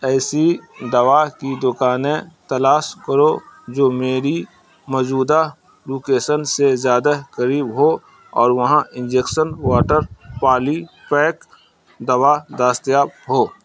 ایسی دوا کی دکانیں تلاش کرو جو میری موجودہ لوکیشن سے زیادہ قریب ہو اور وہاں انجیکشن واٹر پالی پیک دوا دستیاب ہو